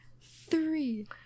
Three